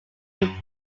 mine